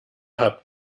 habt